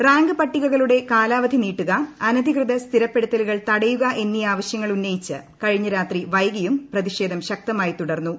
rank പട്ടികകളുടെ കാലാവധി നീട്ടുക അനധികൃത സ്ഥിരപ്പെടുത്തലുകൾ തടയുക എന്നീ ആവശ്യങ്ങൾ ഉന്നയിച്ച് കഴിഞ്ഞ രാത്രി വൈകിയും പ്രതിഷേധം ശക്തമായി തുടർന്നു